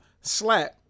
Slap